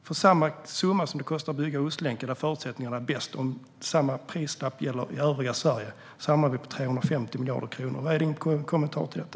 För samma summa per mil som det kostar att bygga Ostlänken, där förutsättningarna är bäst, och om samma prislapp gäller i övriga Sverige, hamnar vi på 350 miljarder kronor. Vad är Lars Mejern Larssons kommentar till detta?